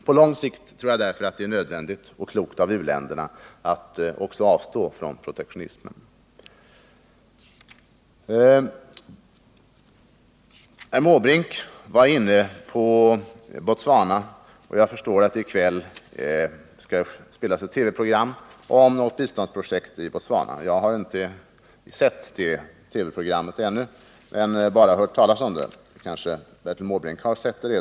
Jag tror därför att det på lång sikt är nödvändigt och också klokt att u-länderna avstår från protektionism. Herr Måbrink var inne på frågan om Botswana, och jag har förstått att det i kväll skall ges ett TV-program om vårt biståndsprojekt där. Jag har inte sett det TV-programmet ännu, utan bara hört talas om det, men herr Måbrink kanske redan har sett det.